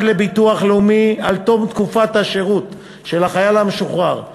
לביטוח לאומי על תום תקופת השירות של החייל המשוחרר.